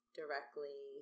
directly